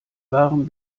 waren